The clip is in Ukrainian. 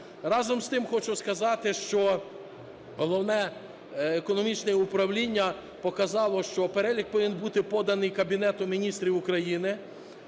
Разом з тим хочу сказати, що головне економічне управління показало, що перелік повинен бути поданий Кабінету Міністрів України.